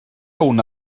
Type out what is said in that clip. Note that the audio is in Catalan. una